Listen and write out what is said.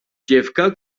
dziewka